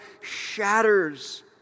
shatters